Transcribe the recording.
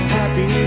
happy